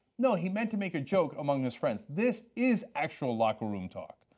know he made to make a joke among his friends. this is actual locker room talk.